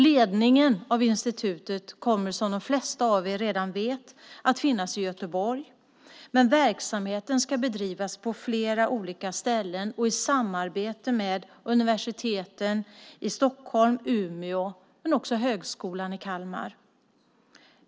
Ledningen av institutet kommer, som de flesta av er redan vet, att finnas i Göteborg. Men verksamheten ska bedrivas på flera olika ställen och i samarbete med universiteten i Stockholm och Umeå, men också med Högskolan i Kalmar.